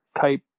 type